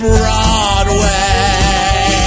Broadway